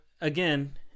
again